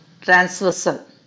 transversal